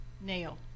nail